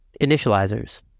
initializers